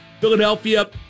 Philadelphia